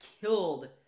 killed